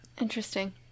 Interesting